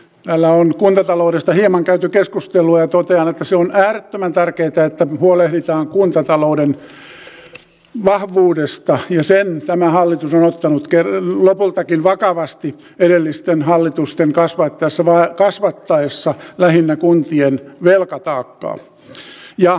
täällä on kuntataloudesta hieman käyty keskustelua ja totean että se on äärettömän tärkeää että huolehditaan kuntatalouden vahvuudesta ja sen tämä hallitus on ottanut lopultakin vakavasti edellisten hallitusten kasvattaessa lähinnä kuntien velkataakkaa ja tehtäviä